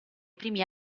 primi